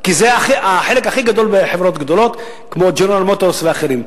כי זה החלק הכי גדול בחברות גדולות כמו "ג'נרל מוטורס" ואחרות,